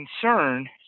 concern